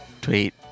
Tweet